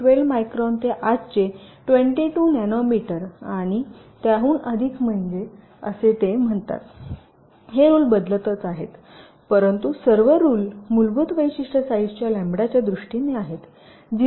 12 micron ते आजचे 22 nanometre आणि त्याहून अधिक म्हणजे असे ते म्हणतात ते रुल बदलतच आहेत परंतु सर्व रुल मूलभूत वैशिष्ट्य साईजच्या लॅम्बडाच्या दृष्टीने आहेत 0